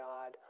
God